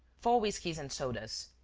four whiskeys and sodas.